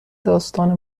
داستان